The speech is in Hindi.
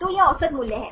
तो यह औसत मूल्य है